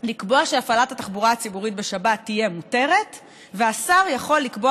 לקבוע שהפעלת התחבורה הציבורית בשבת תהיה מותרת ושהשר יכול לקבוע